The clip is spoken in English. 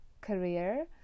career